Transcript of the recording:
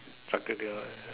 Saturday